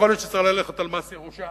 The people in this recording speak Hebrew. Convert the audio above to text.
יכול להיות שצריך ללכת על מס ירושה,